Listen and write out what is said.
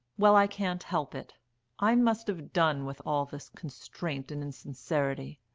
well, i can't help it i must have done with all this constraint and insincerity.